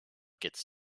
gets